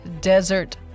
desert